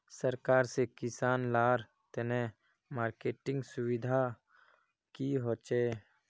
सरकार से किसान लार तने मार्केटिंग सुविधा की होचे?